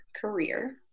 career